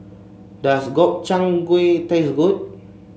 does Gobchang Gui taste good